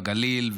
הגליל,